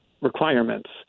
requirements